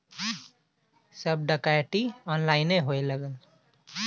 सब डकैती ऑनलाइने होए लगल